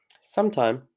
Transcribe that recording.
sometime